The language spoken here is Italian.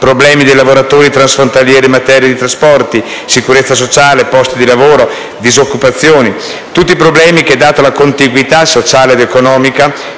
problemi dei lavoratori transfrontalieri in materia di trasporti, sicurezza sociale, posti di lavoro, disoccupazione. Sono tutti problemi che, data la contiguità sociale ed economica,